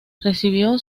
recibió